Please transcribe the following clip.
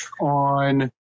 on